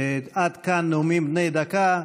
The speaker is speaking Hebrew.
עד כאן נאומים בני דקה.